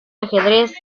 ajedrez